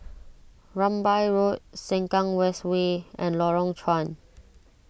Rambai Road Sengkang West Way and Lorong Chuan